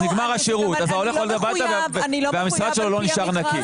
אז נגמר השירות והמשרד שלו לא נשאר נקי.